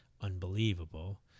unbelievable